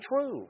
true